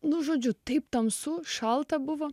nu žodžiu taip tamsu šalta buvo